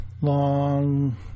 long